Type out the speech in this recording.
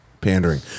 pandering